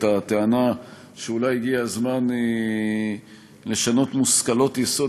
את הטענה שאולי הגיע הזמן לשנות מושכלות-יסוד